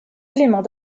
éléments